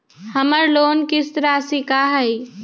हमर लोन किस्त राशि का हई?